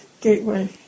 gateway